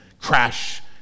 crash